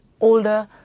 older